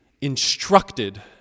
instructed